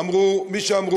אמרו מי שאמרו,